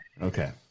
Okay